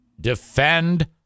Defend